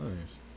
Nice